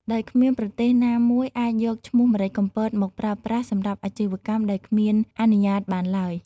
ដោយគ្មានប្រទេសណាមួយអាចយកឈ្មោះម្រេចកំពតមក ប្រើប្រាស់ សម្រាប់អាជីវកម្មដោយគ្មានអនុញ្ញាតបានឡើយ។